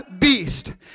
beast